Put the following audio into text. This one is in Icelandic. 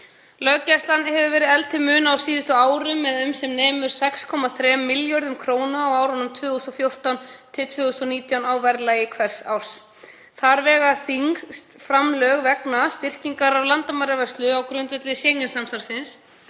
Löggæslan hefur verið efld til muna á síðustu árum eða sem nemur 6,3 milljörðum kr. á árunum 2014–2019 á verðlagi hvers árs. Þar vega þyngst framlög vegna styrkingar á landamæravörslu á grundvelli Schengen-samstarfsins,